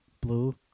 blue